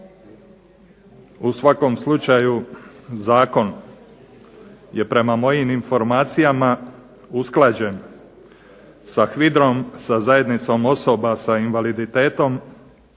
U svakom slučaju, zakon je prema mojim informacijama usklađen sa HVIDR-om, sa zajednicom osoba sa invaliditetom